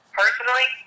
personally